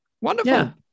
Wonderful